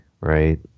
right